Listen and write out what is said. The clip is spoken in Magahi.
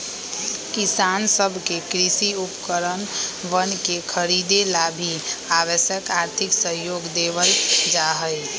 किसान सब के कृषि उपकरणवन के खरीदे ला भी आवश्यक आर्थिक सहयोग देवल जाहई